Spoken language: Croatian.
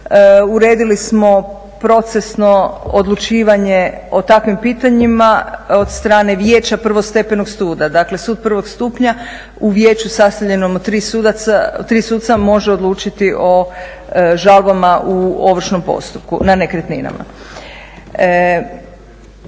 uredili smo procesno odlučivanje o takvim pitanjima od strane Vijeća prvostepenog suda. Dakle, sud prvog stupnja u vijeću sastavljenom od tri suca može odlučiti o žalbama u ovršnom postupku na nekretninama.